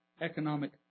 economic